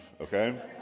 okay